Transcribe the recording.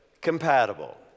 compatible